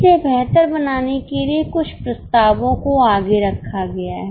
इसे बेहतर बनाने के लिए कुछ प्रस्तावों को आगे रखा गया है